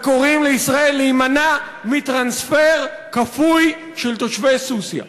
וקוראים לישראל להימנע מטרנספר כפוי של תושבי סוסיא.